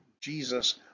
Jesus